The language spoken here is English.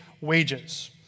wages